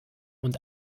und